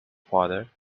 father